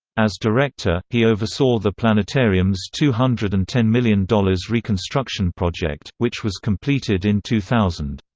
as director, he oversaw the planetarium's two hundred and ten million dollars reconstruction project, which was completed in two thousand.